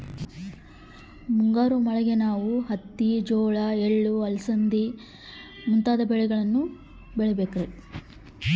ಮುಂಗಾರು ಮಳೆಗೆ ಯಾವ ಬೆಳೆಯನ್ನು ಬೆಳಿಬೇಕ್ರಿ?